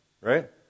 right